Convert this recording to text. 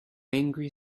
angry